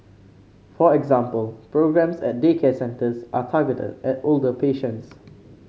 for example programmes at daycare centres are targeted at older patients